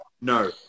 No